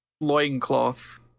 loincloth